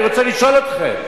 אני רוצה לשאול אתכם.